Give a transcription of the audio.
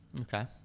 Okay